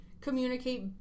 communicate